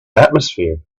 atmosphere